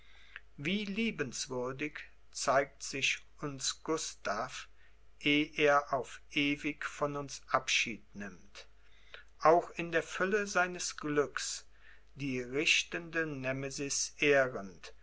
wie liebenswürdig zeigt sich uns gustav eh er auf ewig von uns abschied nimmt auch in der fülle seines glücks die richtende nemesis